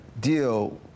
deal